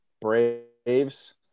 Braves